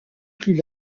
plus